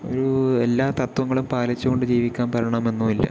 ഒരു എല്ലാ തത്വങ്ങളും പാലിച്ച് കൊണ്ട് ജീവിക്കാൻ പറ്റണമെന്നോ ഇല്ല